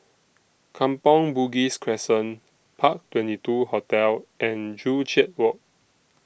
Kampong Bugis Crescent Park twenty two Hotel and Joo Chiat Walk